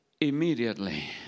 immediately